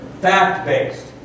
Fact-based